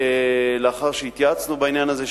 לאחר שהתייעצנו בעניין הזה,